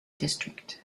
district